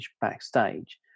backstage